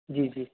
जी जी